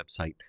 website